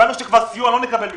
הבנו שסיוע לא נקבל מכם.